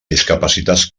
discapacitats